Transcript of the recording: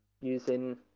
using